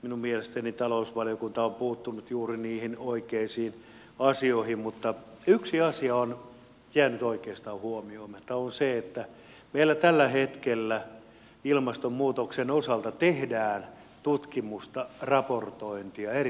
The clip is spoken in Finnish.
minun mielestäni talousvaliokunta on puuttunut juuri niihin oikeisiin asioihin mutta yksi asia on jäänyt oikeastaan huomioimatta ja se on se että meillä tällä hetkellä ilmastonmuutoksen osalta tehdään tutkimusta raportointia erittäin laajasti